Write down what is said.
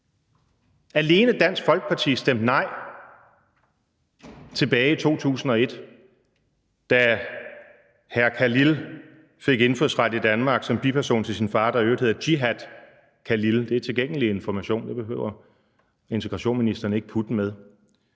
Alene Dansk Folkeparti stemte nej tilbage i 2001, da hr. Khalil fik indfødsret i Danmark som biperson til sin far, der i øvrigt hedder Jihad Khalil; det er tilgængelig information. Det behøver udlændinge- og integrationsministeren ikke putte med.